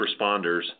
responders